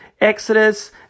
Exodus